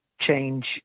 change